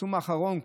הפרסום האחרון,